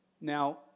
Now